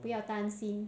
不要担心